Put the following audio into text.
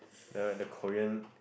the the Korean